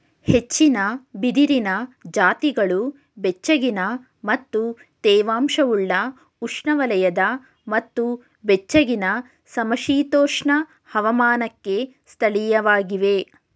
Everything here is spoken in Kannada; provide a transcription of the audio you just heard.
ಹೆಚ್ಚಿನ ಬಿದಿರಿನ ಜಾತಿಗಳು ಬೆಚ್ಚಗಿನ ಮತ್ತು ತೇವಾಂಶವುಳ್ಳ ಉಷ್ಣವಲಯದ ಮತ್ತು ಬೆಚ್ಚಗಿನ ಸಮಶೀತೋಷ್ಣ ಹವಾಮಾನಕ್ಕೆ ಸ್ಥಳೀಯವಾಗಿವೆ